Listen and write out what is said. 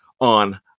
on